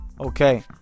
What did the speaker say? Okay